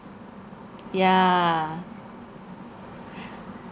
yeah